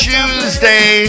Tuesday